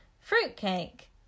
fruitcake